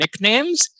nicknames